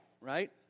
right